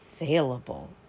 available